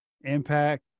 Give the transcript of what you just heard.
impact